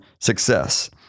success